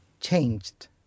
changed